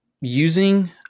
using